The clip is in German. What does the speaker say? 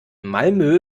malmö